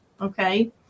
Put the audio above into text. okay